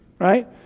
right